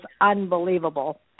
unbelievable